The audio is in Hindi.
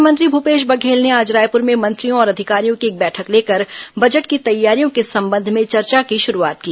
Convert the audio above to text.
मुख्यमंत्री भूपेश बघेल ने आज रायपुर में मंत्रियों और अधिकारियों की एक बैठक लेकर बजट की तैयारियों के संबंध में चर्चा की शुरुआत की